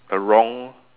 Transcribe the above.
a wrong